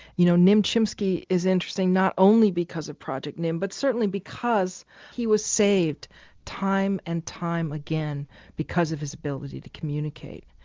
you know, nim chimpsky is interesting not only because of project nim but certainly because he was saved time and time again because of his ability to communicate.